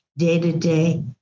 day-to-day